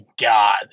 God